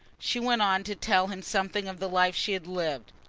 she went on to tell him something of the life she had lived,